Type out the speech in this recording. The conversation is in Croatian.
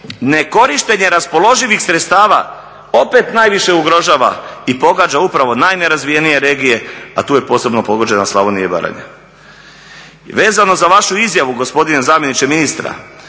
ne korištenje raspoloživih sredstava opet najviše ugrožava i pogađa upravo najnerazvijenije regije a tu je posebno pogođena Slavonija i Baranja. Vezano za vašu izjavu gospodine zamjeniče ministra,